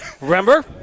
Remember